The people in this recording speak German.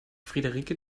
friederike